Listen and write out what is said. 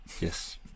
Yes